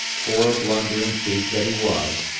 poor blundering thief that he was,